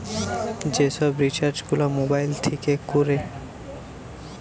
যে সব রিচার্জ গুলা মোবাইল থিকে কোরে